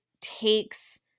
takes –